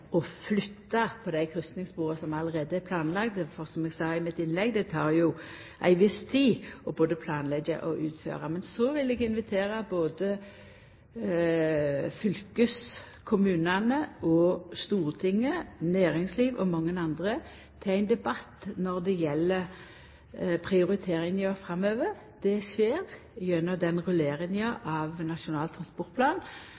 flytta på dei kryssingsspora som allereie er planlagde. For som eg sa i mitt innlegg: Det tek jo ei viss tid både å planleggja og å utføra. Men så vil eg invitera både fylkeskommunane og Stortinget, næringsliv og mange andre til ein debatt når det gjeld prioriteringar framover. Det skjer gjennom